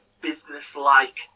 business-like